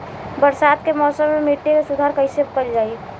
बरसात के मौसम में मिट्टी के सुधार कइसे कइल जाई?